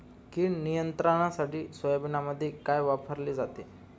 कीड नियंत्रणासाठी सोयाबीनमध्ये काय वापरले जाते?